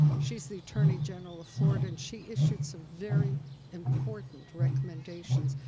she's the attorney general of florida. and she issued some very important recommendations,